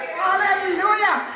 hallelujah